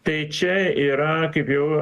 tai čia yra kaip jau